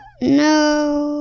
No